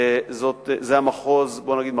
ובוא נגיד,